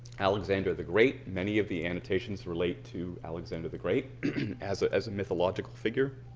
alexander the great. many of the annotations relate to alexander the great as ah as a mythological figure.